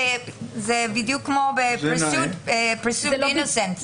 זה בדיוק כמו ב-פרסיוד אינוסנט.